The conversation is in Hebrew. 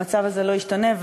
המצב הזה לא ישתנה,